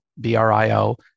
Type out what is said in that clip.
B-R-I-O